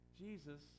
Jesus